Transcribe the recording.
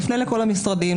נפנה לכל המשרדים,